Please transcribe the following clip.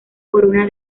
corona